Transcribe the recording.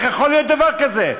איך יכול להיות דבר כזה?